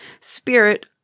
Spirit